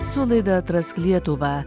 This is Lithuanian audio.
su laida atrask lietuvą